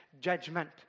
judgment